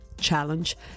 challenge